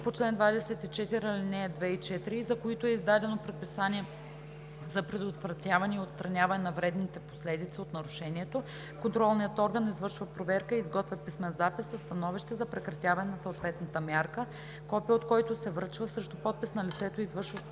по чл. 24, ал. 2 и 4, и за които е издадено предписание за предотвратяване и отстраняване на вредните последици от нарушението, контролният орган извършва проверка и изготвя писмен запис със становище за прекратяване на съответната мярка, копие от който се връчва срещу подпис на лицето, извършващо